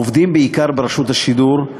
העובדים בעיקר ברשות השידור,